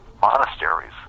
monasteries